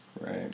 Right